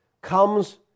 comes